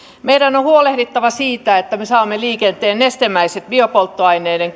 meidän on on huolehdittava siitä että me saamme liikenteen nestemäisten biopolttoaineiden